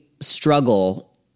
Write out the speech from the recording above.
struggle